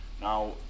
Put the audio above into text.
Now